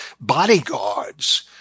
bodyguards